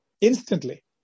Instantly